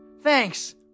Thanks